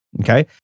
Okay